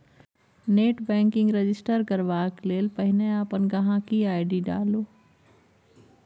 net banking register करबाक लेल पहिने अपन गांहिकी आइ.डी डालु